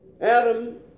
Adam